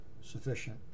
sufficient